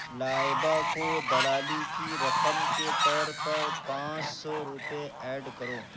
لائبہ کو دلالی کی رقم کے طور پر پانچ سو روپے ایڈ کرو